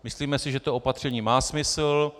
Myslíme si, že to opatření má smysl.